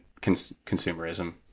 consumerism